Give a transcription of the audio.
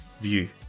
view